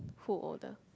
who older